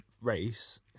race